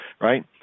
right